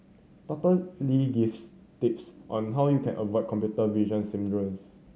Doctor Lee gives tips on how you can avoid computer vision syndromes